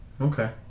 Okay